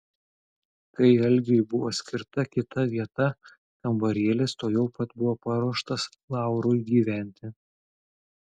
kai algiui buvo skirta kita vieta kambarėlis tuojau pat buvo paruoštas laurui gyventi